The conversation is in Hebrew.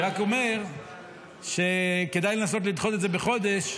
אני רק אומר שכדאי לנסות לדחות את זה בחודש,